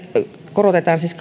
korotetaan siis